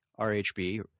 RHB